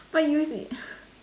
but use it